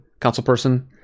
Councilperson